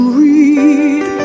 read